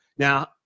Now